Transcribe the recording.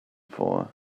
for